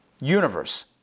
universe